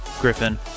Griffin